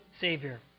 Savior